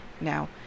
Now